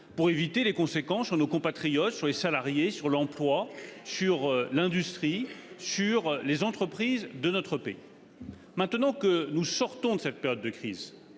pour éviter les conséquences à nos compatriotes sur les salariés sur l'emploi, sur l'industrie sur les entreprises de notre pays. Maintenant que nous sortons de cette période de crise